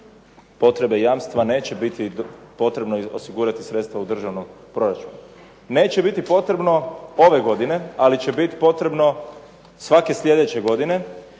potrebe jamstva neće biti potrebno osigurati sredstva u državnom proračunu. Neće biti potrebno ove godine, ali će biti potrebno svake sljedeće godine,